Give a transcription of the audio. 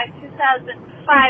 2005